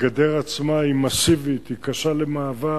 הגדר עצמה היא מסיבית, היא קשה למעבר,